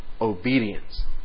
obedience